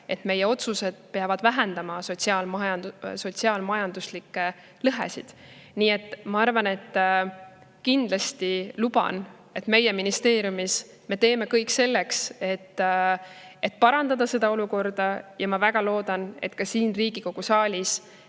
et meie otsused peavad vähendama sotsiaal-majanduslikke lõhesid. Nii et ma kindlasti luban, et meie teeme ministeeriumis kõik selleks, et parandada seda olukorda, ja ma väga loodan, et ka siin Riigikogu saalis